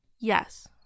yes